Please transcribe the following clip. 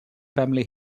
family